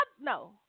no